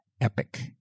epic